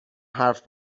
حرف